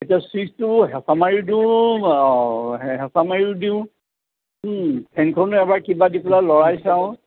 এতিয়া চুইছটো হেচা মাৰি দিওঁ হেচা মাৰিও দিওঁ ফেনখনে এবাৰ কিবা দি পেলাই লৰাই চাওঁ